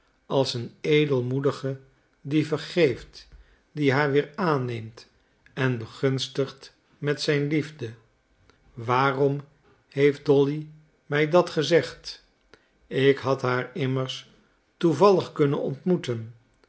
als een edelmoedige die vergeeft die haar weer aanneemt en begunstigt met zijn liefde waarom heeft dolly mij dat gezegd ik had haar immers toevallig kunnen ontmoeten